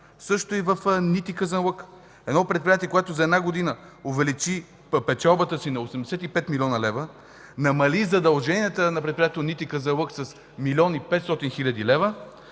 Същото е и в НИТИ – Казанлък. Едно предприятие, което за една година увеличи печалбата си на 85 млн. лв.; намали задълженията на предприятието НИТИ – Казанлък, с 1,5 млн. лв.